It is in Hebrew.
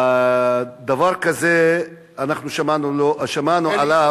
דבר כזה, שמענו עליו,